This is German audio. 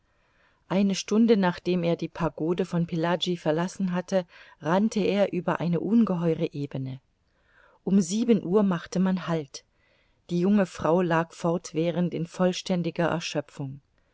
eine stunde nachdem er die pagode von pillaji verlassen hatte rannte er über eine ungeheure ebene um sieben uhr machte man halt die junge frau lag fortwährend in vollständiger erschöpfung